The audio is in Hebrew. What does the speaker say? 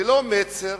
ולא כפר-מצר